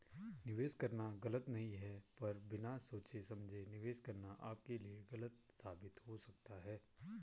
निवेश करना गलत नहीं है पर बिना सोचे समझे निवेश करना आपके लिए गलत साबित हो सकता है